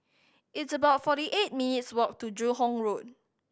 it's about forty eight minutes' walk to Joo Hong Road